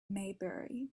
maybury